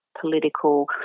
political